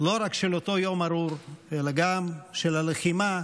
לא רק של אותו יום ארור, אלא גם של הלחימה,